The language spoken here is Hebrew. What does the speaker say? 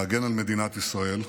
להגן על מדינת ישראל,